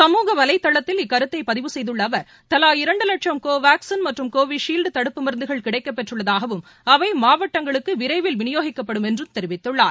சமூக வலைதளத்தில் இக்கருத்தைபதிவு செய்துள்ளஅவர் தலா இரண்டுலட்சம் கோவாக்ஸின் மற்றும் கோவிஷீல்டுதடுப்பு மருந்துகள் கிடைக்கப்பெற்றுள்ளதாகவும் அவைமாவட்டங்களுக்குவிரைவில் விநியோகிக்கப்படும் என்றும் அமைச்சர் தெரிவித்துள்ளார்